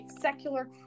secular